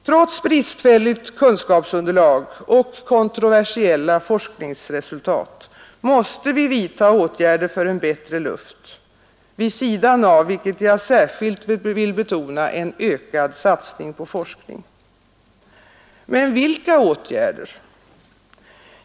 Trots bristfälligt kunskapsunderlag och kontroversiella forskningsresultat måste vi vidtaga åtgärder för en bättre luft — vid sidan av, vilket jag särskilt vill betona, en ökad satsning på forskning. Men vilka åtgärder?